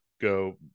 go